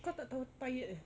kau tak tahu tired eh